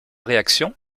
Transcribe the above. réaction